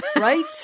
Right